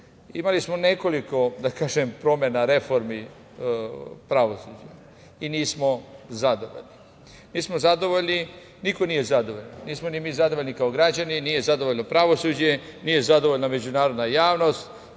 imali nekoliko promena reformi pravosuđa i nismo zadovoljni. Nismo zadovoljni, niko nije zadovoljan, nismo ni mi zadovoljni kao građani, nije zadovoljno pravosuđe, nije zadovoljna međunarodna javnost,